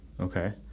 Okay